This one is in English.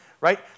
right